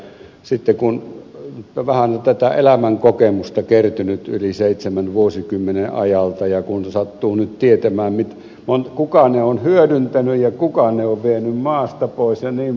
kun vähän on tätä elämänkokemusta kertynyt yli seitsemän vuosikymmenen ajalta ja kun sattuu nyt tietämään kuka ne on hyödyntänyt ja kuka ne on vienyt maasta pois jnp